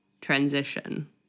transition